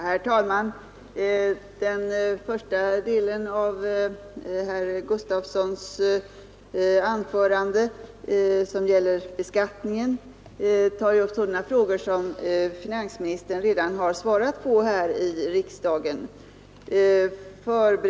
Herr talman! Den första delen av herr Gustavssons i Alvesta anförande gällde beskattningen, och de frågorna har finansministern redan svarat på här i riksdagen.